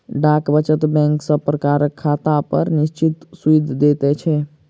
डाक वचत बैंक सब प्रकारक खातापर निश्चित सूइद दैत छै